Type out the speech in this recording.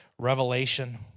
Revelation